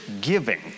giving